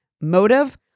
motive